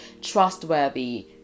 trustworthy